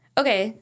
okay